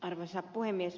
arvoisa puhemies